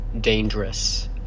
dangerous